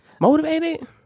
Motivated